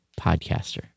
podcaster